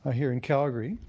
ah here in calgary.